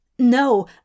No